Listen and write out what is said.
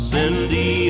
Cindy